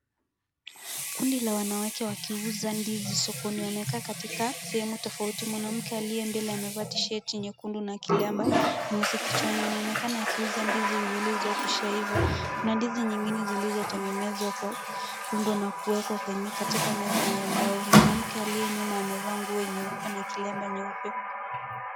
Kundi ya wanawake wakiuza ndizi sokoni. Wamekaa katika sehemu tofauti. Mwanamke aliye mbele amevaa tshati nyekundu na kilemba nyeusi kichwani. Anaonekana akiuza ndizi zilizokwishaiva. Kuna ndizi nyingine zilizotengenezwa kwa rundo na kuwekwa kwenye meza ya mbao. Mwanamke aliyenyuma amevaa nguo nyeupe na kilemba nyeupe.